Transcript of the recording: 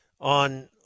on